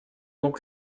donc